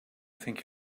think